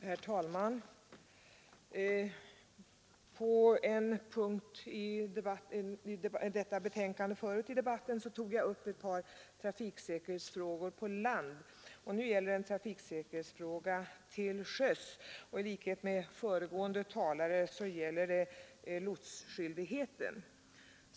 Herr talman! Under en tidigare punkt i detta betänkande tog jag upp ett par trafiksäkerhetsfrågor på land. Nu gäller det en trafiksäkerhetsfråga till sjöss, nämligen skyldigheten att anlita lots. I likhet med föregående talare vill jag ta upp den frågan.